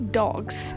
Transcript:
dogs